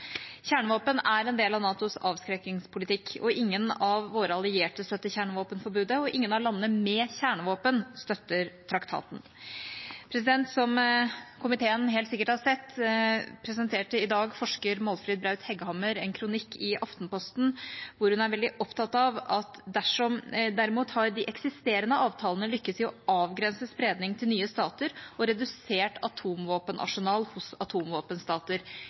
Kjernevåpen er en del av NATOs avskrekkingspolitikk, og ingen av våre allierte støtter kjernevåpenforbudet, og ingen av landene med kjernevåpen støtter traktaten. Som komiteen helt sikkert har sett, presenterte forsker Målfrid Braut-Hegghammer i dag i Aftenposten en kronikk hvor hun er veldig opptatt av følgende: «Derimot har eksisterande avtaler lukkast i å avgrense spreiing til nye statar og redusert atomvåpenarsenal hos